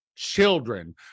children